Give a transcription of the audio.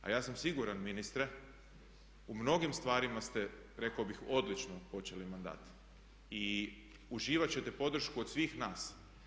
A ja sam siguran ministre u mnogim stvarima ste rekao bih odlično počeli mandat i uživat ćete podršku od svih nas.